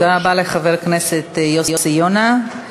תודה רבה לחבר הכנסת יוסי יונה.